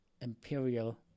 imperial